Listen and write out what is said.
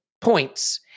points